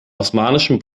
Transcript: osmanischen